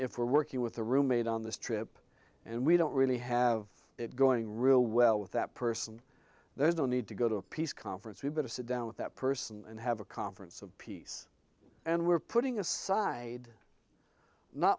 if we're working with the roommate on this trip and we don't really have it going real well with that person there's no need to go to a peace conference we've got to sit down with that person and have a conference of peace and we're putting aside not